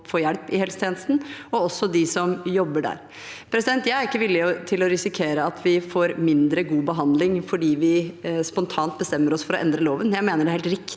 og de som jobber der. Jeg er ikke villig til å risikere at vi får mindre god behandling fordi vi spontant bestemmer oss for å endre loven. Jeg mener det er riktig